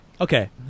Okay